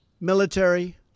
military